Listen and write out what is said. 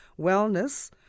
wellness